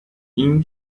این